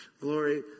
glory